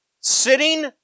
sitting